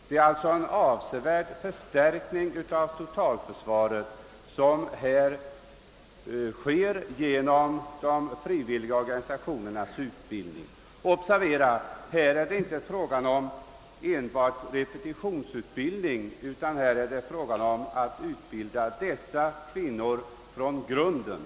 Det är alltså en avsevärd förstärkning av totalförsvaret som härvidlag sker genom = frivilligorganisationernas = utbildning. Och observera att det inte enbart är fråga om repetitionsutbildning utan om att utbilda denna kvinnliga personal från grunden!